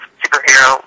superhero